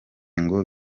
ngo